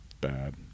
bad